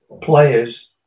players